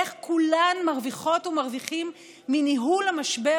איך כולם מרוויחות ומרוויחים מניהול המשבר